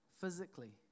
physically